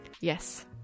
yes